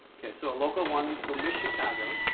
so a local one, so miss chicago.